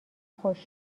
خوش